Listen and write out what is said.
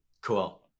Cool